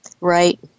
Right